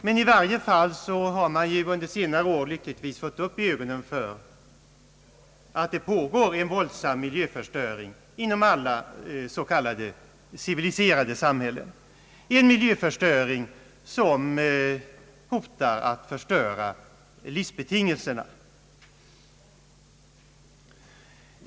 Men i varje fall har man under senare år lyckligtvis fått upp ögonen för att det pågår en våldsam miljöförstöring inom alla s.k. civiliserade samhällen, en miljöförstöring som hotar att spoliera livsbetingelserna.